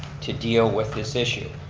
to deal with this issue.